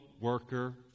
worker